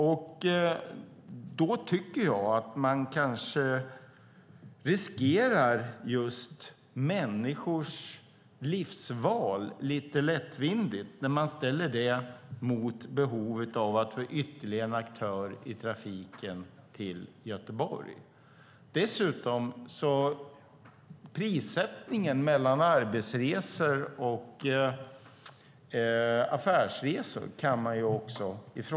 Jag tycker att man riskerar människors livsval lite lättvindigt när man ställer detta mot behovet av att få ytterligare en aktör i trafiken till Göteborg. Dessutom kan man också ifrågasätta prissättningen mellan arbetsresor och affärsresor.